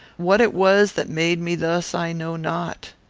what it was that made me thus, i know not.